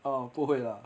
hello 不会 lah